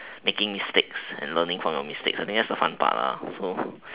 making mistakes and learning from your mistakes I think that's the fun part so